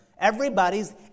Everybody's